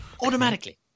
Automatically